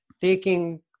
taking